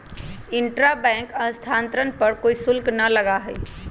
intra bank स्थानांतरण पर कोई शुल्क ना लगा हई